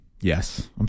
Yes